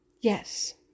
yes